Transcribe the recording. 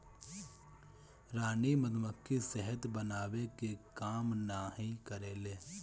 रानी मधुमक्खी शहद बनावे के काम नाही करेले